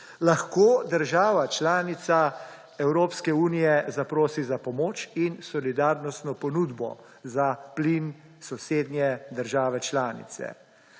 lahko država članica Evropske unije zaprosi za pomoč in solidarnostno ponudbo za plin sosednje države članice.